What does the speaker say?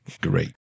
Great